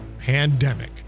Pandemic